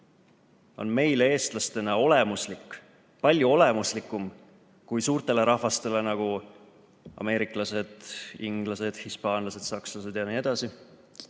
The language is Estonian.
on meile eestlastena olemuslik, palju olemuslikum kui suurtele rahvastele, nagu ameeriklased, inglased, hispaanlased, sakslased jne,